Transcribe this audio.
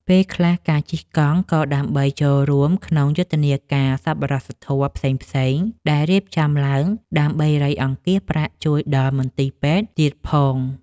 ពេលខ្លះការជិះកង់ ក៏ដើម្បីចូលរួមក្នុងយុទ្ធនាការសប្បុរសធម៌ផ្សេងៗ ដែលរៀបចំឡើងដើម្បីរៃអង្គាសប្រាក់ជួយដល់មន្ទីរពេទ្យទៀតផង។